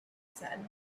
said